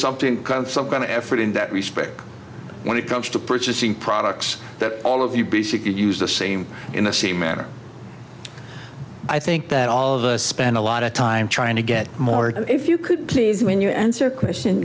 something some kind of effort in that respect when it comes to purchasing products that all of you basically use the same in the same manner i think that all of us spend a lot of time trying to get more if you could please when you answer a question